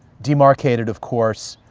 demarcated of course,